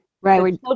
Right